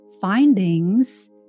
findings